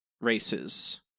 races